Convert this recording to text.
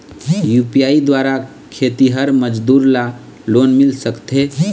UPI द्वारा खेतीहर मजदूर ला लोन मिल सकथे?